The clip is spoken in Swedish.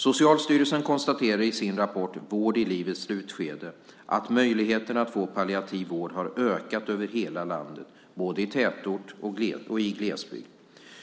Socialstyrelsen konstaterar i sin rapport Vård i livets slutskede att möjligheterna att få palliativ vård har ökat över hela landet, både i tätort och i glesbygd.